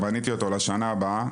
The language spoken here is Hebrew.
ובניתי אותו לשנה הבאה,